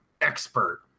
expert